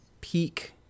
peak